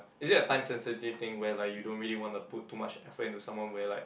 is it a time sensitive thing where like you don't really want to put too much effort into someone where like